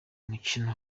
mukino